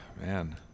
Man